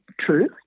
true